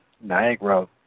Niagara